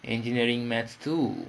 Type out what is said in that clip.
engineering mathematics too